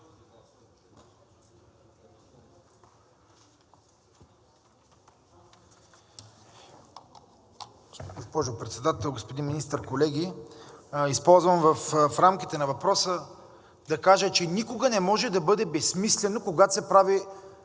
Госпожо Председател, господин Министър, колеги! Използвам в рамките на въпроса да кажа, че никога не може да бъде безсмислено за